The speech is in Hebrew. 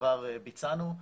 כבר ביצענו.